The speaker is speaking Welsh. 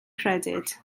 credyd